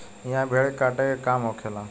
इहा भेड़ के काटे के काम होखेला